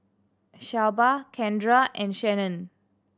Shelba Kendra and Shannen